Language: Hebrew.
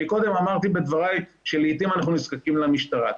קודם אמרתי בדבריי שלעתים אנחנו נזקקים למשטרה.